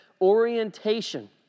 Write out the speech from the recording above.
orientation